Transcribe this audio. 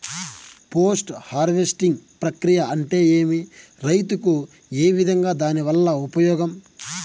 Post harvesting ప్రక్రియ అంటే ఏమి? రైతుకు ఏ విధంగా దాని వల్ల ఉపయోగం?